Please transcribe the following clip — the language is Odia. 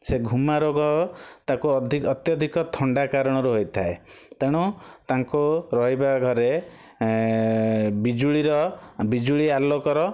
ସେ ଘୁମା ରୋଗ ତାକୁ ଅଧି ଅତ୍ୟଧିକ ଥଣ୍ଡା କାରଣରୁ ହୋଇଥାଏ ତେଣୁ ତାଙ୍କୁ ରହିବା ଘରେ ବିଜୁଳୀର ବିଜୁଳୀ ଆଲୋକର